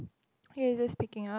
okay is this picking up